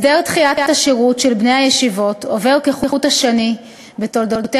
הסדר דחיית השירות של בני הישיבות עובר כחוט השני בתולדותיה